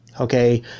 Okay